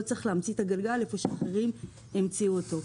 לא צריך להמציא את הגלגל היכן שאחרים המציאו אותו.